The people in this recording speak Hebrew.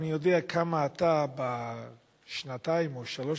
אני יודע כמה אתה בשנתיים או בשלוש